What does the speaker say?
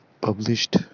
published